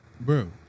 Bro